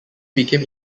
became